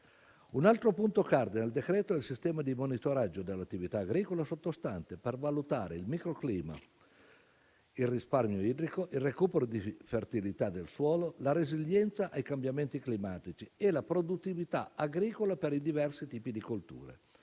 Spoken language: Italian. Un altro punto cardine del decreto è il sistema di monitoraggio dell'attività agricola sottostante per valutare il microclima, il risparmio idrico, il recupero di fertilità del suolo, la resilienza ai cambiamenti climatici e la produttività agricola per i diversi tipi di colture.